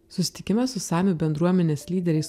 susitikime su samių bendruomenės lyderiais